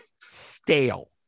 Stale